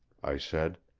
i said.